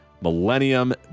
Millennium